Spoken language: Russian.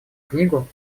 книгу